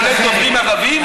כולל דוברים ערבים,